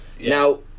Now